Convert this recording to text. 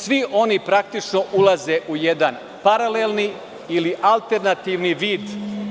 Svi oni praktično ulaze u jedan paralelni ili alternativni vid